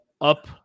up